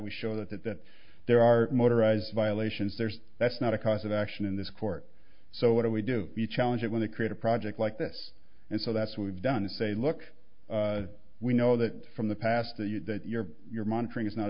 would show that that that there are motorized violations there's that's not a cause of action in this court so what do we do you challenge it when they create a project like this and so that's what we've done is say look we know that from the past that you that your your monitoring is not